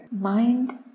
mind